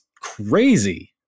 crazy